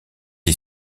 est